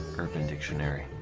urban dictionary.